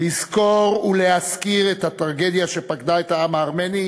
לזכור ולהזכיר את הטרגדיה שפקדה את העם הארמני,